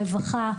רווחה,